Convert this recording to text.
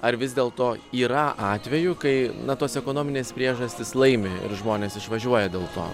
ar vis dėlto yra atvejų kai na tos ekonominės priežastys laimi ir žmonės išvažiuoja dėl to